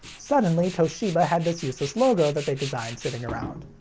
suddenly toshiba had this useless logo that they designed sitting around.